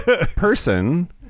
person